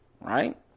right